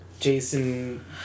Jason